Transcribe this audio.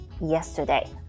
yesterday